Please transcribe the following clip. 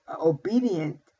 obedient